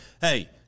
Hey